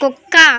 కుక్క